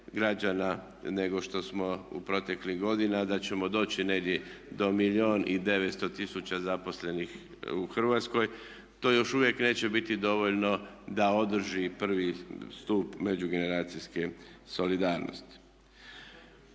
nego što smo u proteklim godinama, da ćemo doći negdje do 1 milijun i 900 tisuća zaposlenih u Hrvatskoj. To još uvijek neće biti dovoljno da održi prvi stup međugeneracijske solidarnosti.